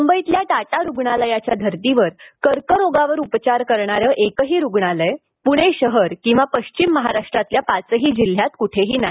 मुंबईतल्या टाटा रुग्णालयाच्या धर्तीवर कर्करोगावर उपचार करणारं एकही रुग्णालय पुणे शहर किंवा पश्चिम महाराष्ट्रातल्या पाचही जिल्ह्यात कुठेही नाही